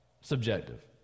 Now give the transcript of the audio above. subjective